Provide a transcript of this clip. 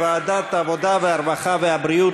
לוועדת העבודה, הרווחה והבריאות